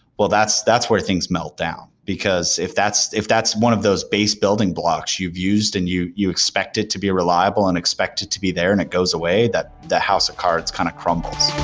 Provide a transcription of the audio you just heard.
well that's that's where things melt down, because if that's if that's one of those base building blocks you've used and you you expect it to be a reliable and expect it to be there and it goes away, the house of cards kind of crumbles.